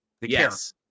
yes